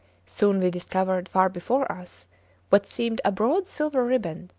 soon we discovered far before us what seemed a broad silver riband.